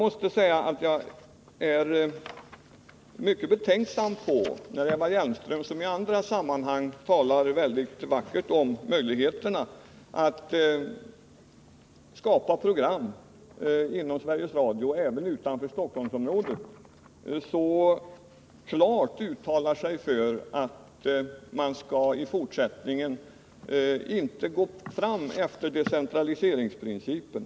I andra sammanhang talar Eva Hjelmström vackert om möjligheterna att skapa program inom Sveriges Radio även utanför Stockholmsområdet. Därför blir jag betänksam när hon nu klart uttalar sig för att man i fortsättningen inte skall gå fram efter decentraliseringspolitiken.